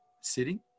sitting